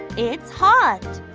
it's hot.